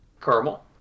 caramel